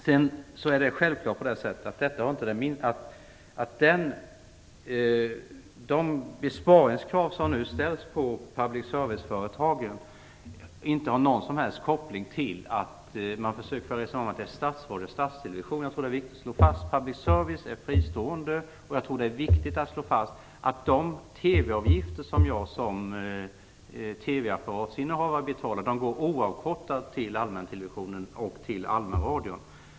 Det är självklart att de besparingskrav som nu ställs på public service-företagen inte har någon koppling till att man försöker föra ett resonemang om statsradio och statstelevision. Public service är fristående. Jag tror att det är viktigt att slå fast att de avgifter som TV-apparatsinnehavaren skall betala går oavkortat till allmäntelevisionen och allmänradion.